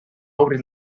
obrir